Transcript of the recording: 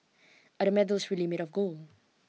are the medals really made of gold